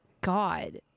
god